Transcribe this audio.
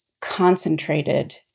concentrated